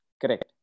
Correct